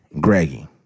Greggy